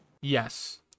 Yes